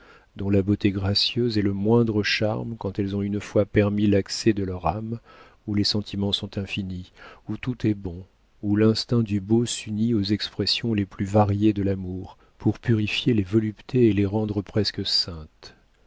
dont la beauté gracieuse est le moindre charme quand elles ont une fois permis l'accès de leur âme où les sentiments sont infinis où tout est bon où l'instinct du beau s'unit aux expressions les plus variées de l'amour pour purifier les voluptés et les rendre presque saintes